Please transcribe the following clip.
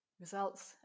Results